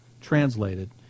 translated